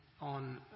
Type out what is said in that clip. on